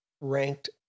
ranked